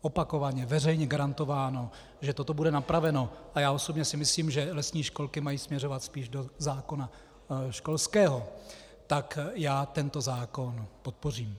opakovaně veřejně garantováno, že toto bude napraveno, a já osobně si myslím, že lesní školky mají směřovat spíš do zákona školského, tak já tento zákon podpořím.